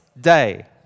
day